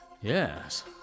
Yes